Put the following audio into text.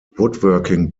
woodworking